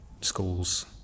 schools